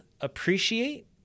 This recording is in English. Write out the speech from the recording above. appreciate